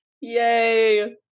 Yay